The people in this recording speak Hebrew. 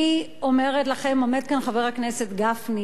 אני אומרת לכם שעומד כאן חבר הכנסת גפני